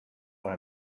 are